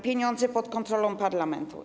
Pieniądze pod kontrolą parlamentu.